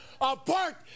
apart